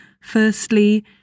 firstly